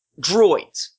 droids